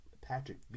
Patrick